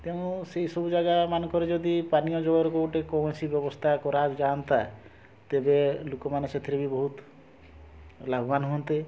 ତେଣୁ ସେସବୁ ଜାଗା ମାନଙ୍କରେ ଯଦି ପାନୀୟ ଜଳର କେଉଁ ଗୋଟେ କୌଣସି ବ୍ୟବସ୍ଥା କରା ଯାଆନ୍ତା ତେବେ ଲୋକମାନେ ସେଥିରେ ବି ବହୁତ ଲାଭବାନ୍ ହୁଅନ୍ତେ